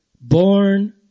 born